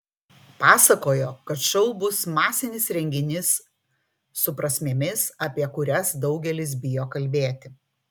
pasakojo kad šou bus masinis reginys su prasmėmis apie kurias daugelis bijo kalbėti